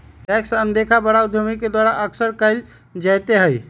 tax अनदेखा बड़ा उद्यमियन के द्वारा अक्सर कइल जयते हई